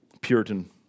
Puritan